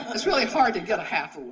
it's really hard to get a half,